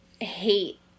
hate